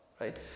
right